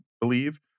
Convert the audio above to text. believe